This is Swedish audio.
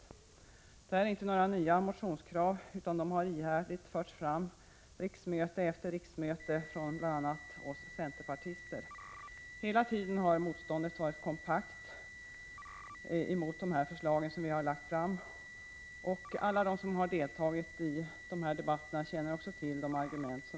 Detta är inte några nya motionskrav, utan de har ihärdigt förts fram riksmöte efter riksmöte från bl.a. oss centerpartister. Hela tiden har motståndet varit kompakt mot de förslag vi lagt fram, och alla som deltagit i dessa debatter känner också till våra argument.